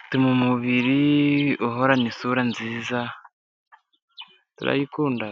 ituma umubiri uhorana isura nziza turayikunda.